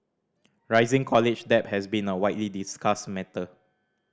rising college debt has been a widely discussed matter